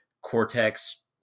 Cortex